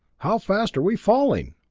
how fast are we falling?